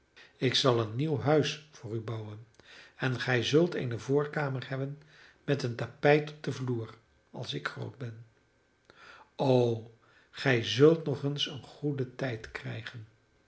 ik zal een nieuw huis voor u bouwen en gij zult eene voorkamer hebben met een tapijt op den vloer als ik groot ben o gij zult nog eens een goeden tijd krijgen